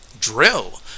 Drill